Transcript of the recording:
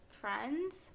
friends